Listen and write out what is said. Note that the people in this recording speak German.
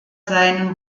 seinen